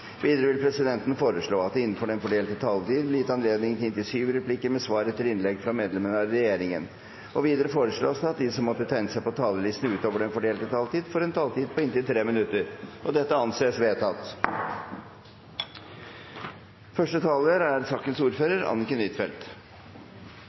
Videre vil presidenten foreslå at det – innenfor den fordelte taletid – blir gitt anledning til inntil syv replikker med svar etter innlegg fra medlemmer av regjeringen. Videre foreslås det at de som måtte tegne seg på talerlisten utover den fordelte taletid, får en taletid på inntil 3 minutter. – Det anses vedtatt.